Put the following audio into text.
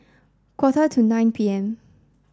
quarter to nine P M